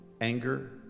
anger